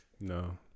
No